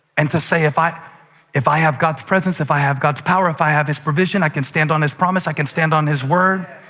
and to say, if i if i have god's presence, if i have god's power, if i have his provision, i can stand on his promise, i can stand on his word.